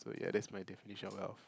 so ya that's my definition of wealth